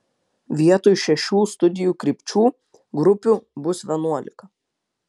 vietoj šešių studijų krypčių grupių bus vienuolika